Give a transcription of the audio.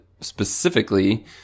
specifically